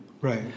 Right